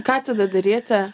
ką tada daryti